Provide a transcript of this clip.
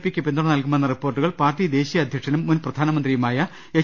പിക്ക് പിന്തുണ നൽകു മെന്ന റിപ്പോർട്ടുകൾ പാർട്ടി ദേശീയ അധ്യക്ഷനും മുൻ പ്രധാ നമന്ത്രിയുമായ എച്ച്